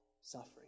suffering